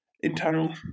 internal